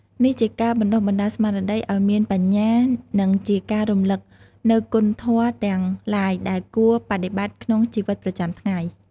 នេះជាការបណ្ដុះបណ្ដាលស្មារតីឱ្យមានបញ្ញា និងជាការរំលឹកនូវគុណធម៌ទាំងឡាយដែលគួរបដិបត្តិក្នុងជីវិតប្រចាំថ្ងៃ។